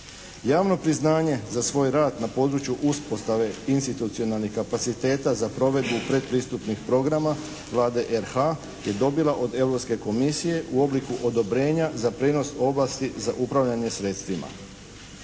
Javno priznanje za svoj rad na području uspostave institucionalnih kapaciteta za provedbu predpristupnih programa Vlade RH je dobila od Europske Komisije u obliku odobrenja za prijenos ovlasti za upravljanje sredstvima.